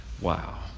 Wow